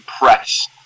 press